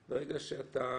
אחרי שהצו יוצא,